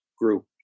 group